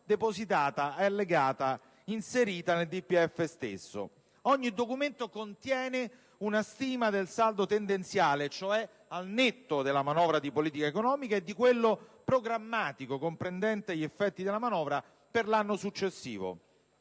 Tavola 1.1 allegata al DPEF stesso. Ogni DPEF contiene una stima del saldo tendenziale (cioè, al netto della manovra di politica economica) e di quello programmatico (comprendente gli effetti della manovra) per l'anno successivo.